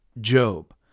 Job